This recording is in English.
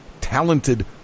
talented